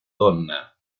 donna